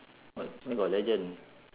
but where got legend